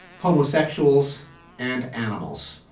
homosexuals and animals.